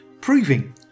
proving